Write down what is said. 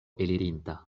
elirinta